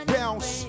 Bounce